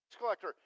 collector